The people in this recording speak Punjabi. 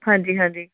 ਹਾਂਜੀ ਹਾਂਜੀ